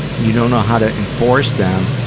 and you don't know how to enforce them,